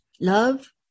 Love